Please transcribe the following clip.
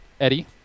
Eddie